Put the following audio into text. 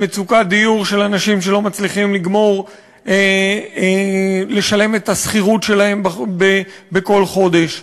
למצוקת הדיור של אנשים שלא מצליחים לשלם את השכירות שלהם בכל חודש,